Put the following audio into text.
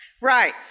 Right